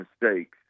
mistakes